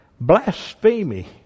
blasphemy